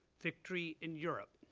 victory in europe,